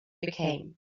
became